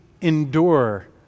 endure